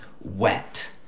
wet